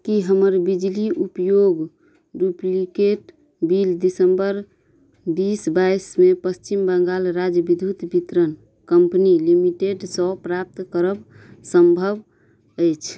कि हमर बिजली उपयोग डुप्लिकेट बिल दिसम्बर बीस बाइसमे पच्छिम बङ्गाल राज्य विद्युत वितरण कम्पनी लिमिटेडसँ प्राप्त करब सम्भव अछि